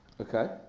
Okay